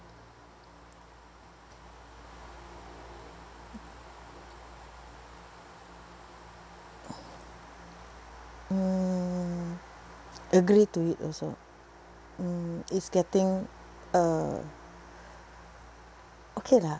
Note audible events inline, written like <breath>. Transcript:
<breath> mm agree to it also mm it's getting uh okay lah